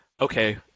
Okay